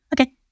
Okay